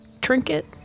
trinket